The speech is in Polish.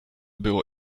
było